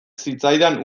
zitzaidan